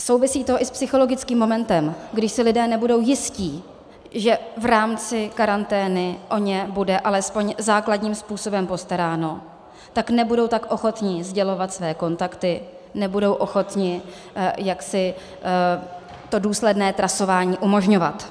Souvisí to i s psychologickým momentem, když si lidé nebudou jisti, že v rámci karantény o ně bude alespoň základním způsobem postaráno, tak nebudou tak ochotni sdělovat své kontakty, nebudou ochotni to důsledné trasování umožňovat.